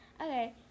Okay